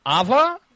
Ava